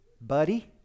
buddy